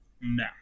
No